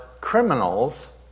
criminals